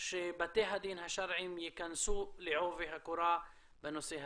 שבתי הדין השרעיים ייכנסו לעובי הקורה בנושא הזה.